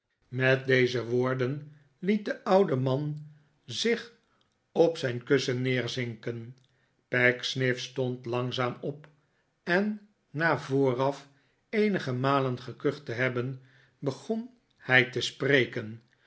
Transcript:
met deze woorden liet de oude man zich alles egoisme op zijn kussen neerzinken pecksniff stond langzaam op en na vooraf eenige malen gekucht te hebben begon hij te spreken